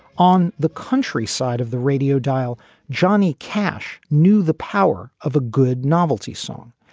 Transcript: on the country side of the radio dial johnny cash knew the power of a good novelty song.